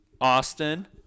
Austin